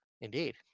Indeed